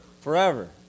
Forever